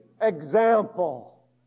example